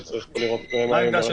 שצריך לראות מה היא אומרת.